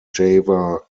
java